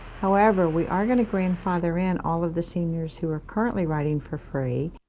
however, we are going to grandfather in all of the seniors who are currently riding for free.